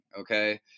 Okay